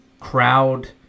crowd